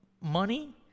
money